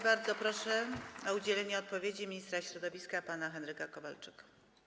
Bardzo proszę o udzielenie odpowiedzi ministra środowiska pana Henryka Kowalczyka.